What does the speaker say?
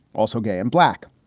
also gay and black.